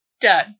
done